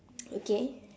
okay